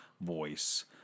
voice